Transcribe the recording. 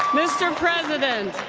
mr. president,